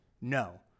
No